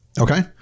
Okay